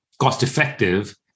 cost-effective